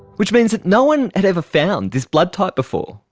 which means that no one had ever found this blood type before.